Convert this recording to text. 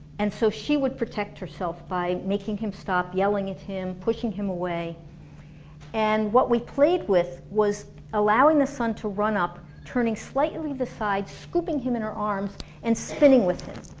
and so she would protect herself by making him stop, yelling at him, pushing him away and what we played with was allowing the son to run up, turning slightly to the side, scooping him in her arms and spinning with him.